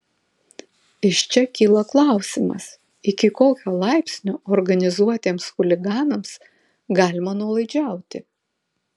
iš čia kyla klausimas iki kokio laipsnio organizuotiems chuliganams galima nuolaidžiauti